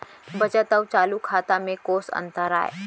बचत अऊ चालू खाता में कोस अंतर आय?